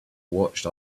watched